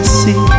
see